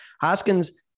Hoskins